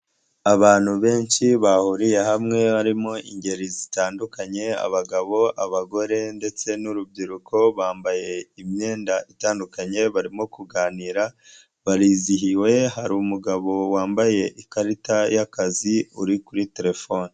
Abantu benshi bahuriye hamwe barimo ingeri zitandukanye abagabo, abagore ndetse n'urubyiruko, bambaye imyenda itandukanye barimo kuganira barizihiwe, hari umugabo wambaye ikarita y'akazi uri kuri terefone.